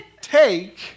take